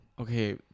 Okay